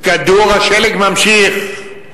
כדור השלג ממשיך,